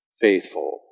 faithful